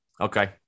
Okay